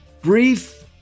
brief